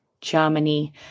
Germany